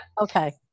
Okay